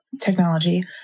technology